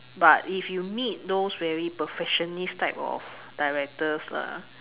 but if you meet those very perfectionist type of directors lah